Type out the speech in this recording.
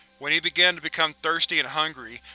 when he began to become thirsty and hungry,